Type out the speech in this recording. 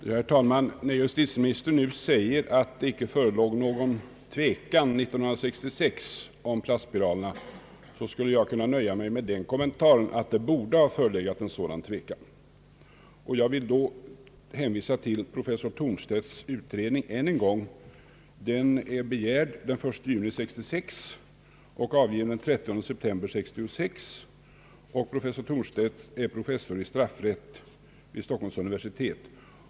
Herr talman! När justitieministern nu säger att det 1966 icke förelåg någon tvekan om plastspiralerna, skulle jag kunna nöja mig med den kommentaren att det borde ha förelegat sådan tvekan. Jag vill då än en gång hänvisa till professor Thornstedts utredning. Den är begärd den 1 juni 1966 och avgiven den 30 september 1966. Thornstedt är professor i straffrätt vid Stockholms universitet.